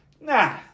Nah